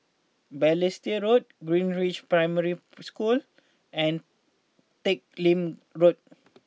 Balestier Road Greenridge Primary School and Teck Lim Road